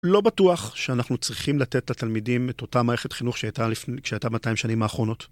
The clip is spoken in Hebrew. לא בטוח שאנחנו צריכים לתת לתלמידים את אותה מערכת חינוך שהייתה 200 שנים האחרונות.